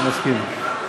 הוא מסכים.